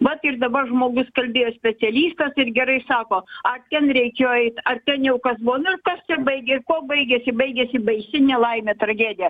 vat ir dabar žmogus kalbėjo specialistas ir gerai sako ar ten reikėjo eit ar ten jau kas buvo na ir kas baigė kuo baigėsi baigėsi baisi nelaimė tragedija